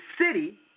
city